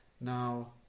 Now